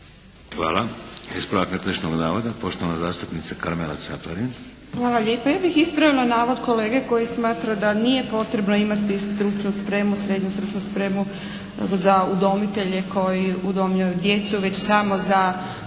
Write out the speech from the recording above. Hvala. Ispravak netočnog navoda poštovana zastupnica Karmela Caparin. **Caparin, Karmela (HDZ)** Hvala lijepa. Ja bih ispravila navod kolege koji smatra da nije potrebno imati stručnu spremu, srednju stručnu spremu za udomitelje koji udomljuju djecu već samo za